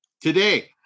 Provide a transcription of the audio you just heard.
today